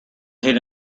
hid